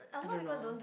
I don't know